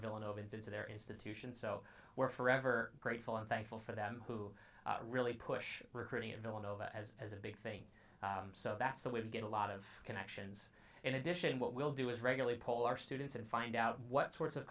villanova's into their institution so we're forever grateful and thankful for them who really push recruiting and villanova as as a big thing so that's the way to get a lot of connections in addition what we'll do is regularly poll our students and find out what sorts of